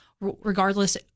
regardless